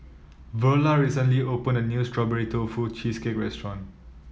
Verla recently open a new Strawberry Tofu Cheesecake restaurant